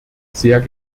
sehr